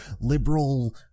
liberal